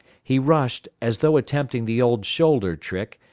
he rushed, as though attempting the old shoulder trick,